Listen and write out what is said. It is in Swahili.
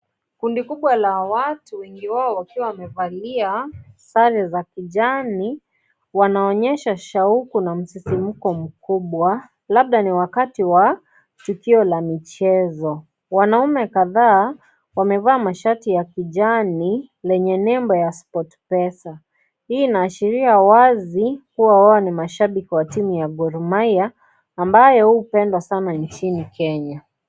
Kundi kubwa la watu wengi wao wakiwa wamevalia sare za kijani wanaonyesha shauku na msisimuko mkubwa labda ni wakati wa tukio la michezo. Wanaume kadhaa wamevaa mashati ya kijani yenye nembo ya Sportpesa, hii inaashiria wazi kuwa wao ni mashabiki wa timu Gor mahia ambayo hupendwa sana nchini Kenya.